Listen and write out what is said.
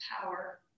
power